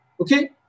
Okay